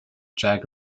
jack